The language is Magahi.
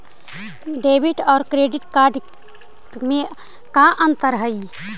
डेबिट और क्रेडिट कार्ड में का अंतर हइ?